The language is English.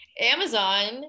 Amazon